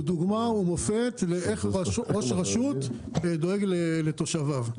אבל הוא דוגמה ומופת איך ראש רשות דואג לתושביו.